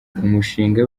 umushinga